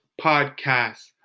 podcast